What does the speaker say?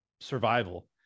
survival